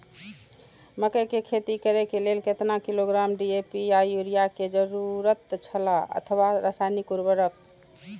मकैय के खेती करे के लेल केतना किलोग्राम डी.ए.पी या युरिया के जरूरत छला अथवा रसायनिक उर्वरक?